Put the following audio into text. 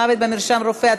מוות במרשם רופא),